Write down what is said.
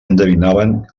endevinaven